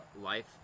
life